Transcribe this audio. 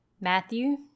Matthew